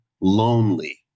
lonely